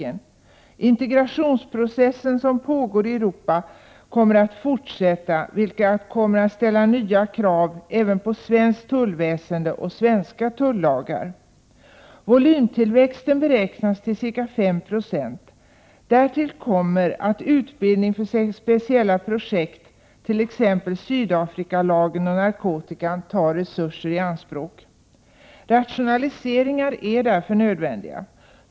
Den integrationsprocess som pågår i Europa kommer att fortsätta, vilket kommer att ställa nya krav även på svenskt tullväsende och svenska tullagar. Volymtillväxten beräknas till ca 5 96. Därtill kommer att utbildning för speciella projekt, t.ex. när det gäller Sydafrikalagen och narkotikalagstiftningen, tar i anspråk resurser. Rationaliseringar är därför nödvändiga.